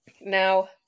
Now